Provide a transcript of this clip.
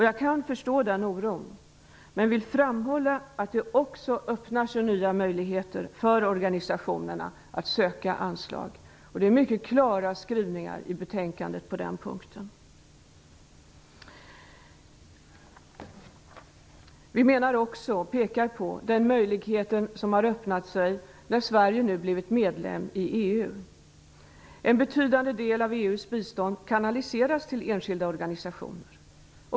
Jag kan förstå den oron, men vill framhålla att det också öppnar sig nya möjligheter för organisationerna att söka anslag. Det är mycket klara skrivningar i betänkandet på den punkten. Vi pekar på den möjlighet som har öppnat sig när Sverige nu har blivit medlem i EU. En betydande del av EU:s bistånd kanaliseras till enskilda organisationer.